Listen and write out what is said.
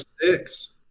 six